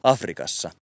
Afrikassa